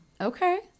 Okay